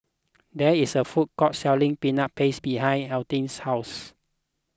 there is a food court selling Peanut Paste behind Altie's house